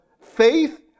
faith